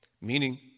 Meaning